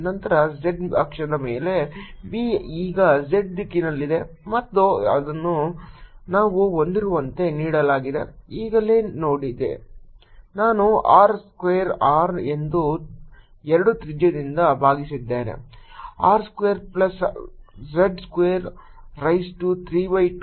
ನಂತರ z ಅಕ್ಷದ ಮೇಲೆ B ಈಗ z ದಿಕ್ಕಿನಲ್ಲಿದೆ ಮತ್ತು ಅದನ್ನು ನಾವು ಹೊಂದಿರುವಂತೆ ನೀಡಲಾಗಿದೆ ಈಗಲೇ ನೋಡಿದೆ ನಾನು R ಸ್ಕ್ವೇರ್ R ಎಂದು 2 ತ್ರಿಜ್ಯದಿಂದ ಭಾಗಿಸಿದ್ದೇನೆ R square plus z square raise to 3 by 2